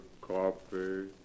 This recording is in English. coffee